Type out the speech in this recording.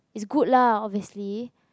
it's good lah obviously